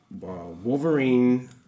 Wolverine